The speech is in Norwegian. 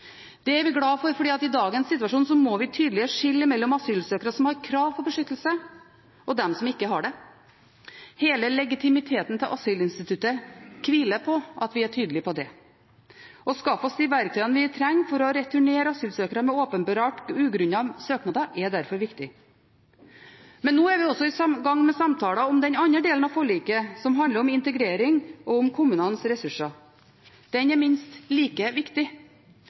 Det er vi glade for fordi i dagens situasjon må vi tydeligere skille mellom asylsøkere som har krav på beskyttelse, og dem som ikke har det. Hele legitimiteten til asylinstituttet hviler på at vi er tydelige på det. Å skaffe oss de verktøyene vi trenger for å returnere asylsøkere med åpenbart ugrunnede søknader, er derfor viktig. Men nå er vi også i gang med samtaler om den andre delen av forliket, som handler om integrering og om kommunenes ressurser. Den delen er minst like viktig.